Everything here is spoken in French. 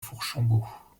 fourchambault